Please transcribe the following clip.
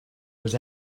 was